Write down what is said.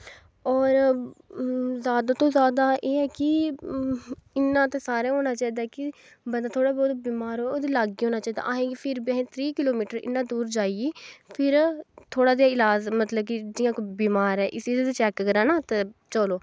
और जादा तो जादा एह् ऐ कि इन्ना ते सारे होना चाही दा कि बंदा थोह्ड़ा बौह्त बमार होऐ एह्दा लाग्गे होना चाही दा असें फिर बी त्रीऽ किलो मीटर इन्ने दूर जाईयै फिर थोह्ॅड़ा जा इलाज़ मतलव की जियां कोई बमार ऐ इसी असैं चैक्क कराना ते चलो